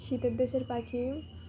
শীতের দেশের পাখিও